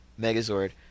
Megazord